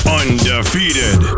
undefeated